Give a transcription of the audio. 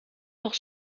doch